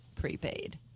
prepaid